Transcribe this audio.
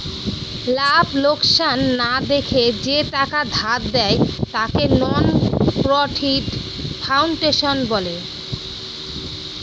লাভ লোকসান না দেখে যে টাকা ধার দেয়, তাকে নন প্রফিট ফাউন্ডেশন বলে